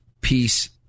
peace